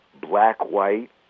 black-white